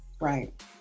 Right